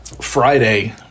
Friday